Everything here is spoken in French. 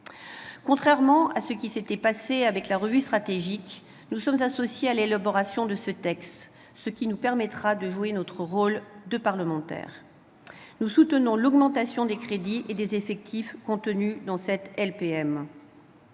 Contrairement à ce qui s'était passé pour la revue stratégique, nous sommes associés à l'élaboration de ce texte, ce qui nous permettra de jouer notre rôle de parlementaires. Nous soutenons l'augmentation des crédits et des effectifs contenue dans cette LPM.